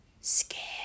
scared